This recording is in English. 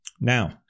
Now